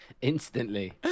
instantly